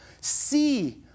see